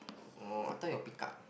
oh I thought you pick up